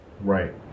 right